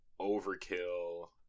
overkill